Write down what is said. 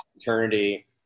eternity